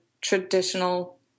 traditional